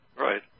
right